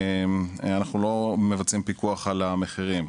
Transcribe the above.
אבל אנחנו לא מבצעים פיקוח על המחירים.